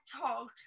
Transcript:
talk